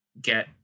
get